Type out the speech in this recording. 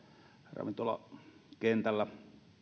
ravintolakentällä